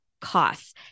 costs